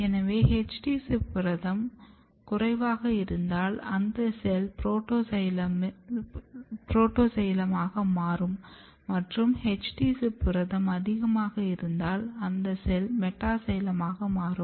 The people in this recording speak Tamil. எனவே HD ZIP புரதம் குறைவாக இருந்தால் அந்த செல் புரோட்டோசைலம் ஆகமாறும் மற்றும் HD ZIP புரதம் அதிகமாக இருந்தால் அந்த செல் மெட்டாசைலம் ஆகமாறும்